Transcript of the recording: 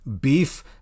beef